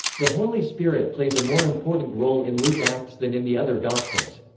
the holy spirit plays a more important role in luke-acts than in the other gospels.